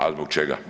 A zbog čega?